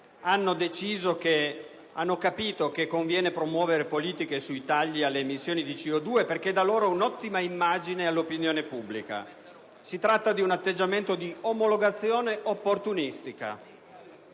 hanno capito che conviene promuovere politiche sui tagli alle emissioni di CO2, perché dà loro un'ottima immagine davanti all'opinione pubblica: si tratta di un atteggiamento di omologazione opportunistica.